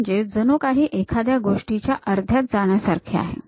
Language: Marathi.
हे म्हणजे जणू काही एखाद्या गोष्टीच्या अर्ध्यात जाण्यासारखे आहे